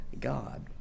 God